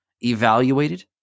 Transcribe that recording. evaluated